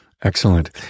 Excellent